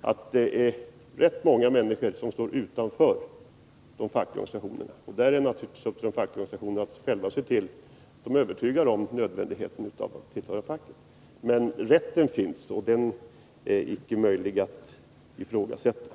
att det är rätt många människor som står utanför de fackliga organisationerna. Naturligtvis har de fackliga organisationerna själva att se till, att de övertygar om nödvändigheten att tillhöra facket. Men rätten att stå utanför finns, och den är icke möjlig att ifrågasätta.